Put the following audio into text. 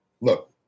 Look